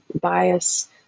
bias